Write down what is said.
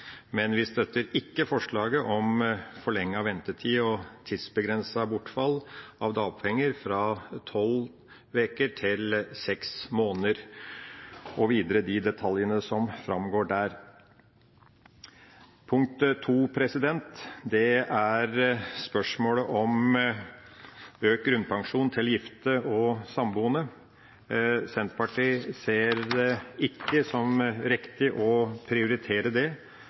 men vi støtter ikke forslaget om forlenget ventetid og tidsbegrenset bortfall av dagpenger fra tolv uker til seks måneder – og videre de detaljene som framgår der. Punkt 2 er spørsmålet om økt grunnpensjon til gifte og samboende. Senterpartiet ser det ikke som riktig å prioritere det,